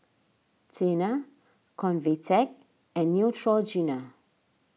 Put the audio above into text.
Tena Convatec and Neutrogena